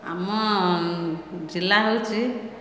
ଆମ ଜିଲ୍ଲା ହେଉଛି